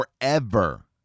forever